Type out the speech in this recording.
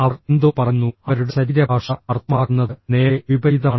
അവർ എന്തോ പറയുന്നു അവരുടെ ശരീരഭാഷ അർത്ഥമാക്കുന്നത് നേരെ വിപരീതമാണ്